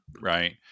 right